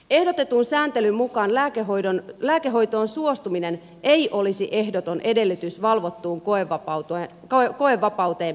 ehdotetun sääntelyn mukaan lääkehoitoon suostuminen ei olisi ehdoton edellytys valvottuun koevapauteen pääsemiseksi